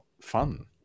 fun